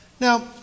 Now